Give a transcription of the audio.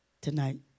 Tonight